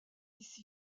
ici